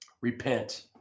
Repent